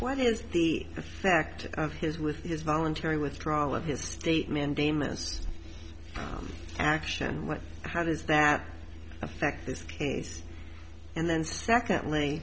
what is the fact of his with his voluntary withdrawal of his statement damon's action what how does that affect this case and then secondly